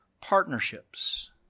partnerships